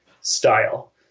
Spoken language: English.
style